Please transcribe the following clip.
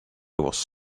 was